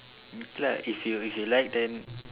like if you if you like then